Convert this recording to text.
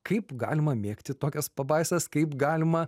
kaip galima mėgti tokias pabaisas kaip galima